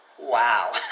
Wow